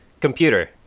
computer